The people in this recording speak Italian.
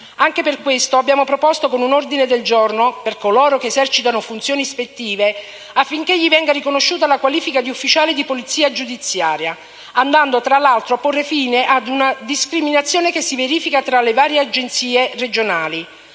Anche per questo abbiamo proposto, con un ordine del giorno, che a coloro che esercitano funzioni ispettive venga riconosciuta la qualifica di ufficiale di polizia giudiziaria, andando tra l'altro a porre fine ad una discriminazione che si verifica tra le varie Agenzie regionali.